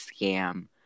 scam